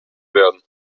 werden